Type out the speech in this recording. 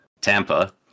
Tampa